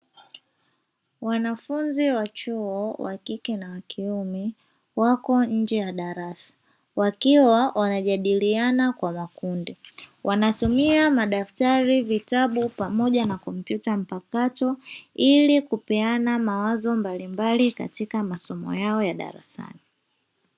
Wanafunzi wa chuo wa kike na wa kiume wako nje ya darasa, wakiwa wanajadiliana kwa vikundi. Wanasomea madaftari, vitabu pamoja na kompyuta mpakato; ili kupeana mawazo mbalimbai katika masomo yao ya darasani.